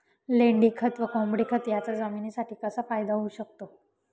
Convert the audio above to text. लेंडीखत व कोंबडीखत याचा जमिनीसाठी कसा फायदा होऊ शकतो?